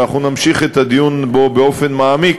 ואנחנו נמשיך את הדיון בו באופן מעמיק